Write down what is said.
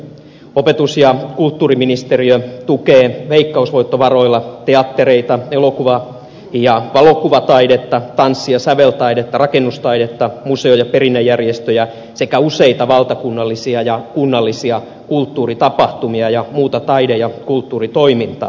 opetus ja kulttuuriministeriö tukee veikkausvoittovaroilla teattereita elokuva ja valokuvataidetta tanssi ja säveltaidetta rakennustaidetta museo ja perinnejärjestöjä sekä useita valtakunnallisia ja kunnallisia kulttuuritapahtumia ja muuta taide ja kulttuuritoimintaa